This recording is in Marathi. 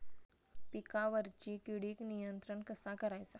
पिकावरची किडीक नियंत्रण कसा करायचा?